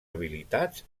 habilitats